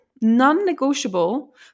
non-negotiable